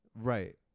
Right